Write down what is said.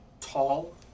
tall